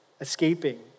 escaping